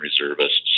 reservists